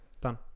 Done